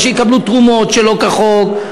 או שיקבלו תרומות שלא כחוק,